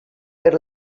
per